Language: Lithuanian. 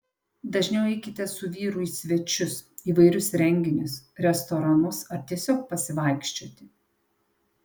dažniau eikite su vyru į svečius įvairius renginius restoranus ar tiesiog pasivaikščioti